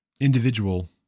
individual